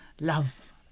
love